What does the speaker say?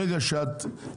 ברגע שאת,